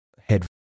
head